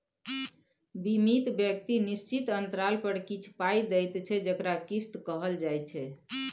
बीमित व्यक्ति निश्चित अंतराल पर किछ पाइ दैत छै जकरा किस्त कहल जाइ छै